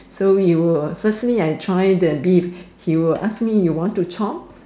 so he will firstly I try the beef he will ask me want to chop